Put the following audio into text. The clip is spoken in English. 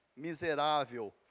miserável